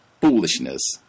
foolishness